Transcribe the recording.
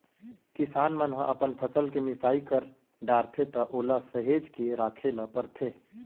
किसान मन ह अपन फसल के मिसाई कर डारथे त ओला सहेज के राखे ल परथे